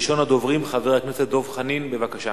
ראשון הדוברים, חבר הכנסת דב חנין, בבקשה.